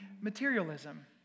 materialism